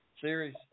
series